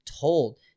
Told